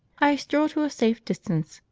i stroll to a safe distance,